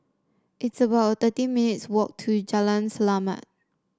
it's about thirty minutes' walk to Jalan Selamat